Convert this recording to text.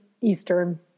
Eastern